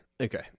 Okay